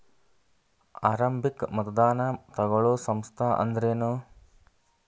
ಆರಂಭಿಕ್ ಮತದಾನಾ ತಗೋಳೋ ಸಂಸ್ಥಾ ಅಂದ್ರೇನು?